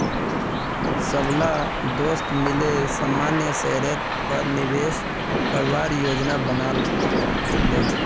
सबला दोस्त मिले सामान्य शेयरेर पर निवेश करवार योजना बना ले